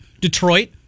Detroit